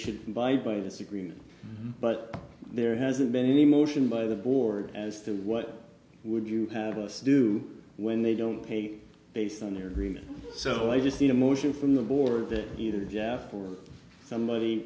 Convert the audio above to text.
should abide by this agreement but there hasn't been any motion by the board as to what would you have us do when they don't pay based on their agreement so the latest in a motion from the board that either jeff or somebody